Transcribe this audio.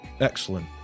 Excellent